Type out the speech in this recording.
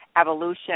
evolution